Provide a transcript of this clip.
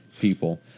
people